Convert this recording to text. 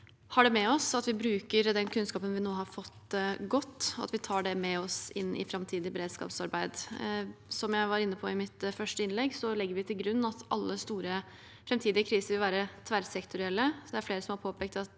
har det med oss, at vi bruker den kunnskapen som vi nå har fått, godt, og at vi tar den med oss inn i framtidig beredskapsarbeid. Som jeg var inne på i mitt første innlegg, legger vi til grunn at alle store framtidige kriser vil være tverrsektorielle. Det er flere som har påpekt at